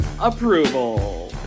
approval